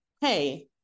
hey